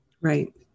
Right